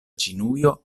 ĉinujo